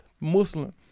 Muslim